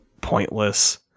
pointless